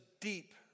deep